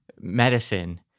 medicine